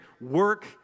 work